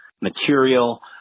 material